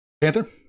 Panther